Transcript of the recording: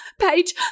page